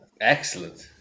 excellent